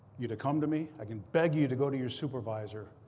you to come to me. i can beg you you to go to your supervisor.